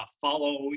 follow